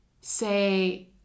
say